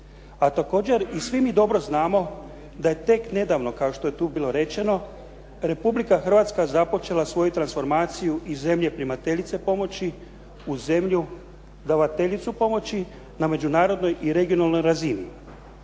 A također i svi mi dobro znamo da je tek nedavno, kao što je tu bilo rečeno Republika Hrvatska započela svoju transformaciju iz zemlje primateljice pomoći u zemlju davateljicu pomoći na međunarodnoj i regionalnoj razini.